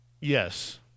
Yes